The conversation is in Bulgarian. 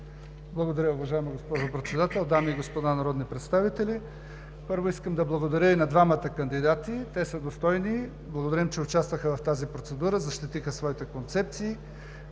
Благодаря, уважаема госпожо Председател. Дами и господа народни представители! Първо, искам да благодаря и на двамата кандидати. Те са достойни. Благодарим, че участваха в тази процедура, защитиха своите концепции!